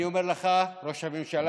אני אומר לך, ראש הממשלה,